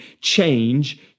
change